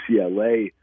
UCLA